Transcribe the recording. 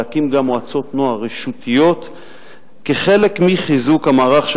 להקים גם מועצות נוער רשותיות כחלק מחיזוק המערך של